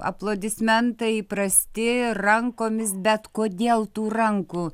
aplodismentai įprasti rankomis bet kodėl tų rankų